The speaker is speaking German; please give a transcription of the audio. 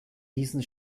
diesen